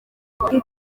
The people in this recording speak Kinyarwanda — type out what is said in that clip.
iri